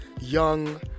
young